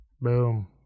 Boom